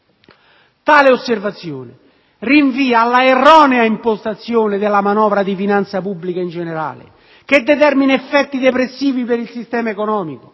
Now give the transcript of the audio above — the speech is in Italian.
Tale osservazione rinvia all'erronea impostazione della manovra di finanza pubblica in generale, che determina effetti depressivi per il sistema economico,